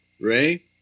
Ray